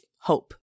hope